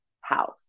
house